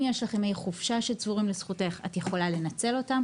אם יש לך ימי חופשה שצבורים לזכותך את יכולה לנצל אותם,